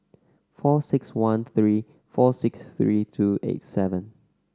four six one three four six three two eight seven